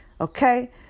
Okay